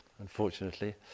unfortunately